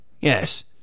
Yes